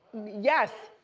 yes,